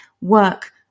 work